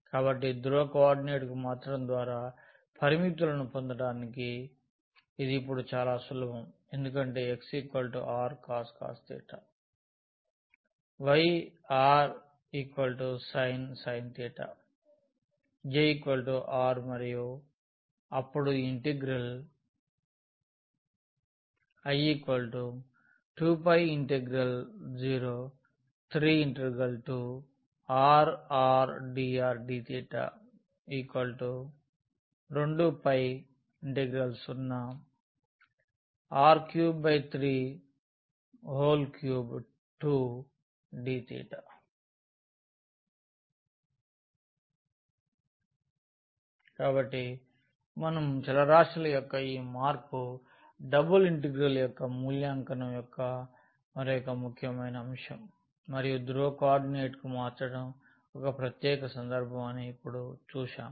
కాబట్టి ధ్రువ కోఆర్డినేట్కు మార్చడం ద్వారా పరిమితులను పొందడానికి ఇది ఇప్పుడు చాలా సులభం ఎందుకంటే x rcos Y r J rమరియు అప్పుడు ఈ integral I02π23r R dr dθ 02πr3323dθ 27 832π 383 చూడండి స్లయిడ్ సమయం 3118 కాబట్టి మనం చలరాశుల యొక్క ఈ మార్పు డబుల్ ఇంటిగ్రల్ యొక్క మూల్యాంకనం యొక్క మరొక ముఖ్యమైన అంశం మరియు ధ్రువ కోఆర్డినేట్కు మార్చడం ఒక ప్రత్యేక సందర్భం అని ఇప్పుడు చూశాము